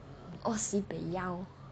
o si bei yao